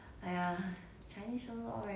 我喜欢 taiwan 的 taiwan 的 not bad